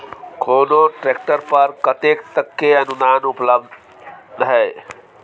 कोनो ट्रैक्टर पर कतेक तक के अनुदान उपलब्ध ये?